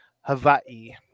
Hawaii